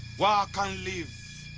walk and live!